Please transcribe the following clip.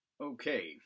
Okay